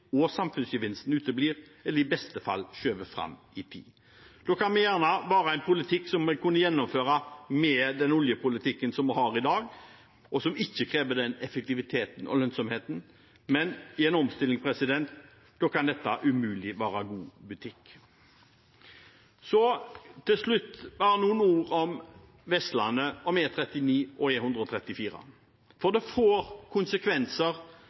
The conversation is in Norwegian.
og samfunnsgevinsten uteblir eller blir i beste fall skjøvet fram i tid. Da kan vi godt ha en politikk som kan gjennomføres med den oljepolitikken vi har i dag, og som ikke krever den effektiviteten og lønnsomheten, men i en omstilling kan dette umulig være god butikk. Til slutt bare noen ord om Vestlandet, om E39 og E134, for det får konsekvenser